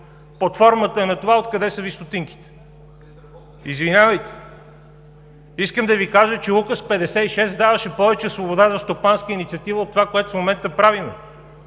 под формата на това – откъде са Ви стотинките. Искам да Ви кажа, че Указ 56 даваше повече свобода за стопанска инициатива от това, което в момента правим.